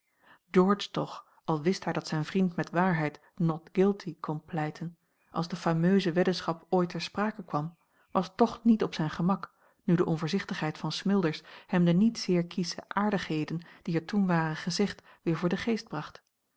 george toch al wist hij dat zijn vriend met waarheid not guilty kon pleiten als de fameuse weddenschap ooit ter sprake kwam was toch niet op zijn gemak nu de onvoorzichtigheid van smilders hem de niet zeer kiesche aardigheden die er toen waren gezegd weer voor den geest bracht